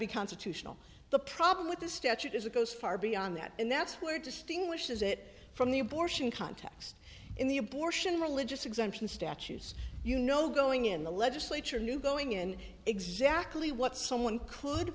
be constitutional the problem with this statute is it goes far beyond that and that's where distinguishes it from the abortion context in the abortion religious exemption statues you know going in the legislature knew going in exactly what someone could